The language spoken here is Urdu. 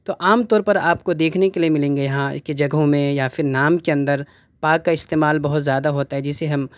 تو عام طور پر آپ کو دیکھنے کے لئے ملیں گے یہاں کے جگہوں میں یا پھر نام کے اندر پا کا استعمال بہت زیادہ ہوتا ہے جسے ہم